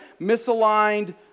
misaligned